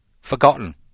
forgotten